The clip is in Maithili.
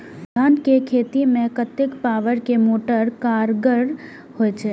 धान के खेती में कतेक पावर के मोटर कारगर होई छै?